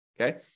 okay